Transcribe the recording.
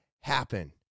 happen